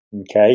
okay